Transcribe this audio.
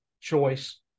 choice